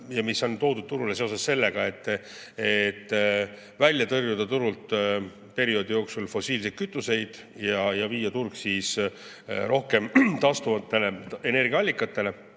ja mis on toodud turule seoses sellega, et välja tõrjuda turult perioodi jooksul fossiilseid kütuseid ja viia turg rohkem taastuvatele energiaallikatele,